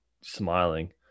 smiling